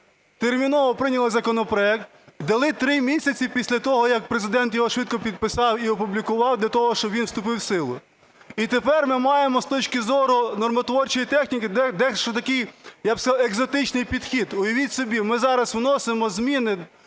Терміново прийняли законопроект. Дали три місяці після того, як Президент його швидко підписав і опублікував для того, щоб він вступив у силу. І тепер ми маємо з точки зору нормотворчої техніки дещо такий, я б сказав, екзотичний підхід. Уявіть собі, ми зараз вносимо зміни